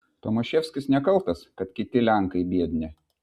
tomaševskis nekaltas kad kiti lenkai biedni